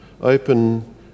open